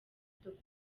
gufata